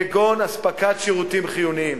כגון אספקת שירותים חיוניים.